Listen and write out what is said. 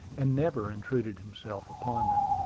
and never intruded himself upon them,